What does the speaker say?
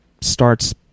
starts